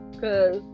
Cause